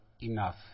enough